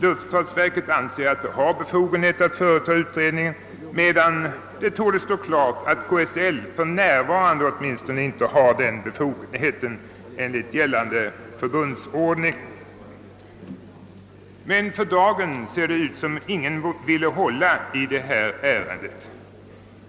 Luftfartsverket anser sig ha befogenhet att företa utredningar medan det torde stå klart att KSL åtminstone för närvarande inte har en sådan befogenhet enligt gällande förbundsordning. För dagen ser det alltså ut som om ingen vill ta ansvaret för detta ärende.